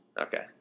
Okay